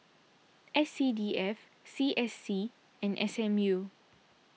S C D F C S C and S M U